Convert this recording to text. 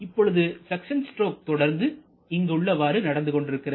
இப்பொழுது suction stroke தொடர்ந்து இங்கு உள்ளவாறு நடந்து கொண்டிருக்கிறது